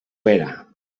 vera